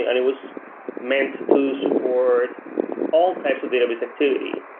and it was meant to support all types of database activity.